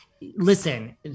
listen